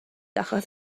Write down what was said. achos